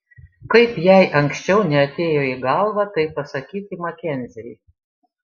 kaip jai anksčiau neatėjo į galvą tai pasakyti makenziui